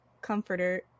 comforter